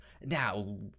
now